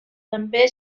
també